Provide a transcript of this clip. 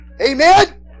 Amen